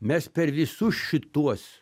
mes per visus šituos